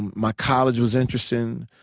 my college was interesting.